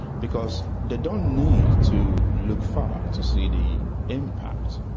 because they don't need to look far to see the impact.